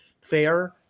fair